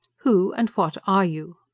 who and what are you?